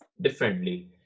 differently